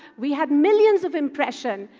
we had millions of impression.